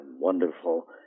wonderful